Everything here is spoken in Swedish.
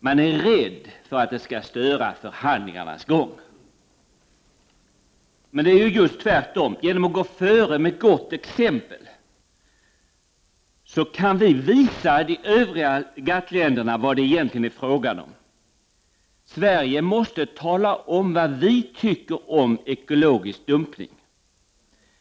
Man är rädd för att det skall störa förhandlingarnas gång. Det är precis tvärtom: genom att gå före med gott exempel kan vi visa de övriga GATT-länderna vad det egentligen är fråga om. Sverige måste tala om vad vi tycker om ekologisk dumpning.